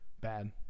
Bad